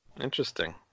Interesting